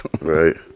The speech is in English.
Right